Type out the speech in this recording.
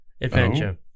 adventure